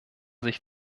sich